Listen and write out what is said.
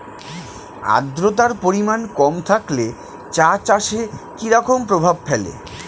আদ্রতার পরিমাণ কম থাকলে চা চাষে কি রকম প্রভাব ফেলে?